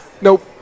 Nope